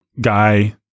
Guy